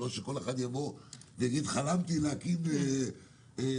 לא שכל אחד יבוא ויגיד: חלמתי להקים מפעל.